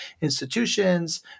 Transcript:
institutions